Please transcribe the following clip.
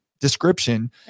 description